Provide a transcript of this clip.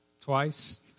twice